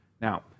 Now